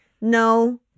no